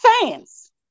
fans